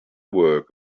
work